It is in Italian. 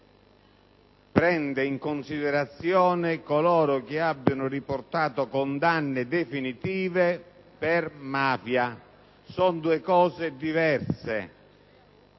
prende in considerazione coloro che abbiano riportato condanne definitive per mafia: sono due cose diverse.